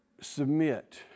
submit